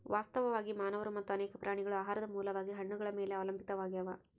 ವಾಸ್ತವವಾಗಿ ಮಾನವರು ಮತ್ತು ಅನೇಕ ಪ್ರಾಣಿಗಳು ಆಹಾರದ ಮೂಲವಾಗಿ ಹಣ್ಣುಗಳ ಮೇಲೆ ಅವಲಂಬಿತಾವಾಗ್ಯಾವ